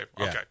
okay